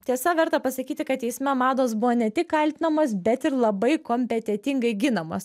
tiesa verta pasakyti kad teisme mados buvo ne tik kaltinamos bet ir labai kompetentingai ginamos